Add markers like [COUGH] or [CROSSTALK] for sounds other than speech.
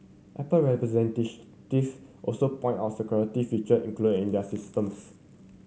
apple [UNINTELLIGIBLE] also pointed out security feature included in their systems